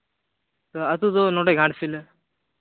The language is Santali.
ᱟᱹᱛᱩ ᱱᱚᱸᱰᱮ ᱜᱷᱟᱴᱥᱤᱞᱟᱹ